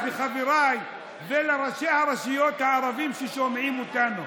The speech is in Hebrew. אז לחבריי ולראשי הרשויות הערבים ששומעים אותנו: